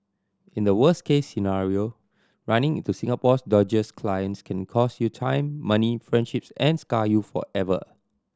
in the worst case scenario running into Singapore's dodgiest clients can cost you time money friendships and scar you forever